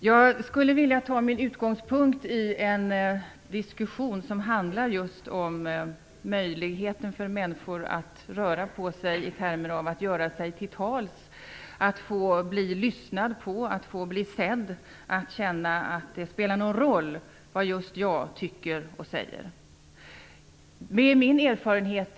Jag skulle vilja ta min utgångspunkt i en diskussion som handlar just om möjligheten för en människa att röra på sig i termer av att få komma till tals, att få bli lyssnad på, att få bli sedd och att känna att det spelar någon roll vad just hon eller han tycker och säger.